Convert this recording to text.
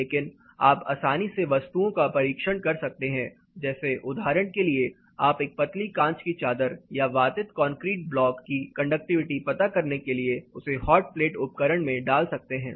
लेकिन आप आसानी से वस्तुओं का परीक्षण कर सकते हैं जैसे उदाहरण के लिए आप एक पतली कांच की चादर या वातित कंक्रीट ब्लॉक की कंडक्टिविटी पता करने के लिए उसे हॉट प्लेट उपकरण में डाल सकते हैं